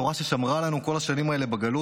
התורה ששמרה עלינו כל השנים האלה בגלות,